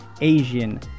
Asian